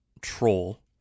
troll